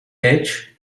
edge